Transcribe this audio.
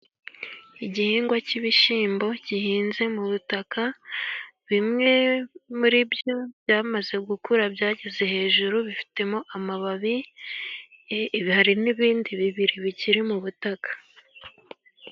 Igihingwa cy'ibishyimbo gihinze mu butaka, bimwe muri byo byamaze gukura byageze hejuru, bifite amababi, hari n'ibindi bibiri bikiri mu butaka.